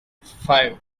five